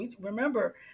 Remember